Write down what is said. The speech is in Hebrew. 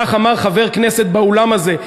כך אמר חבר כנסת באולם הזה.